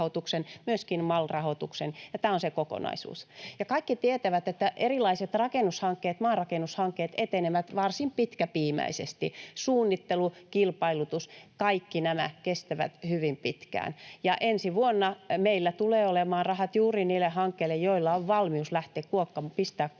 myöskin MAL-rahoituksen, ja tämä on se kokonaisuus. Kaikki tietävät, että erilaiset rakennushankkeet, maanrakennushankkeet, etenevät varsin pitkäpiimäisesti. Suunnittelu, kilpailutus, kaikki nämä kestävät hyvin pitkään, ja ensi vuonna meillä tulee olemaan rahat juuri niille hankkeille, joilla on valmius pistää kuokka maahan.